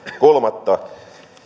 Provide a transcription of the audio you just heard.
kolmatta